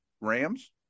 Rams